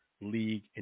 league